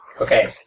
Okay